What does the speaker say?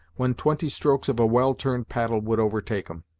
when twenty strokes of a well-turned paddle would overtake em.